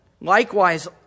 Likewise